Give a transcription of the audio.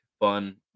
fun